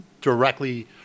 directly